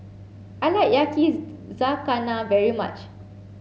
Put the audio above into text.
I like Yakizakana very much